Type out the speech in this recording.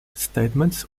statements